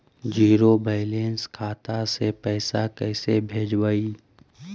Zero balance खाता से पैसा कैसे भेजबइ?